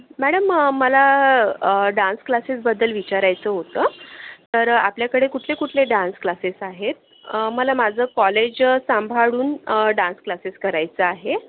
madam मला dance क्लासेसबद्दल विचारायचं होतं तर आपल्याकडे कुठले कुठले डान्स क्लासेस आहेत मला माझं कॉलेज सांभाळून डान्स क्लासेस करायचं आहे